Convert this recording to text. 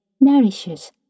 nourishes